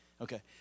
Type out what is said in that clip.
Okay